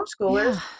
homeschoolers